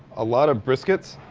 a lot of briskets,